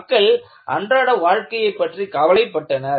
மக்கள் அன்றாட வாழ்க்கையைப் பற்றி கவலைப்பட்டனர்